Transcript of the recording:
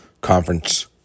conference